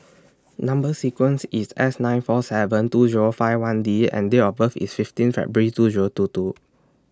Number sequence IS S nine four seven two Zero five one D and Date of birth IS fifteen February two Zero two two